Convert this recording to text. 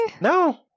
No